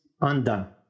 undone